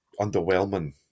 underwhelming